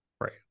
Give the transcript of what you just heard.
Right